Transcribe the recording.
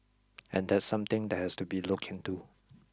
and that's something that has to be looked into